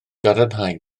gadarnhau